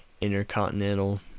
intercontinental